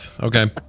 Okay